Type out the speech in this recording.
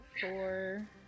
four